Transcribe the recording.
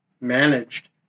managed